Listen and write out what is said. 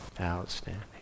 Outstanding